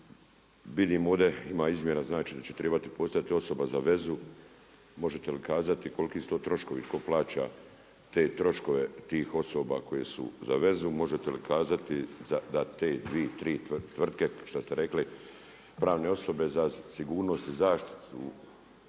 Vidim ovdje, ima izmjena, znači da će trebati postati osoba za vezu. Možete mi kazati koliko su to troškovi? Tko plaća te troškove tih osoba koje su za vezu? Možete li kazati za da te 2, 3 tvrtke, kao što ste rekli, pravne osobe za sigurnost i zaštitu,